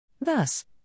Thus